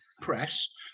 press